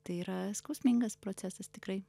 tai yra skausmingas procesas tikrai